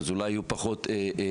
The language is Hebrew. אז אולי יהיו פחות נפגעים,